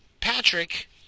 Patrick